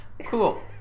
Cool